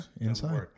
inside